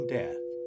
death